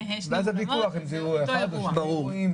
ואז יהיה ויכוח אם זה אירוע אחד או שני אירועים.